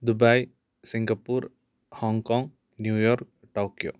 Dubai Singapore Hong Kong New York Tokyo